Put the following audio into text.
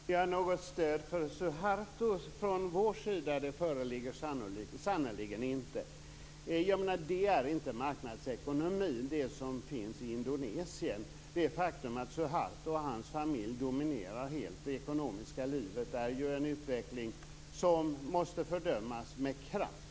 Fru talman! Något stöd för Suharto föreligger sannerligen inte från vår sida. Det som finns i Indonesien är inte marknadsekonomi. Det faktum att Suharto och hans familj dominerar det ekonomiska livet helt är ju en utveckling som måste fördömas med kraft.